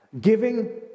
Giving